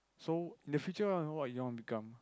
so in the future what you want to become